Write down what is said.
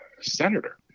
Senator